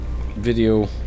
video